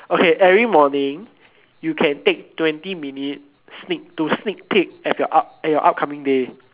okay every morning you can take twenty minute sneak to sneak peek at your up~ at your upcoming day